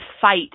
fight